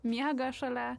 miega šalia